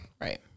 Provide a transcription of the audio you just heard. Right